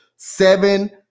Seven